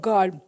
God